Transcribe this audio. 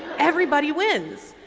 everybody wins.